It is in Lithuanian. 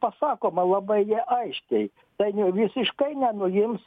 pasakoma labai aiškiai ten jau visiškai nenuims